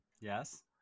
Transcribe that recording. Yes